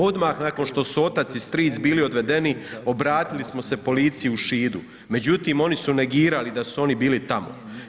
Odmah nakon što su otac i stric bili odvedeni obratili smo se policiji u Šidu, međutim oni su negirali da su oni bili tamo.